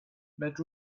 but